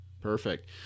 Perfect